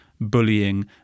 bullying